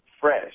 fresh